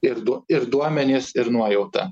ir du ir duomenys ir nuojauta